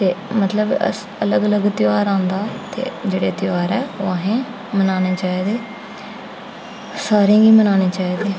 ते मतलब अलग अलग त्यौहार आंदा ते जेह्ड़े त्यौहार ओह् असें मनाने चाहिदे सारें गी मनाने चाहिदे